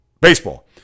Baseball